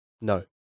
No